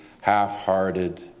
half-hearted